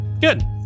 Good